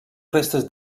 restes